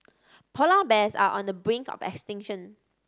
polar bears are on the brink of extinction